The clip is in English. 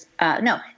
no